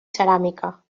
ceràmica